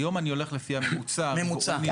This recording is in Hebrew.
היום אני הולך לפי הממוצע המקומי.